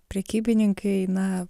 prekybininkai na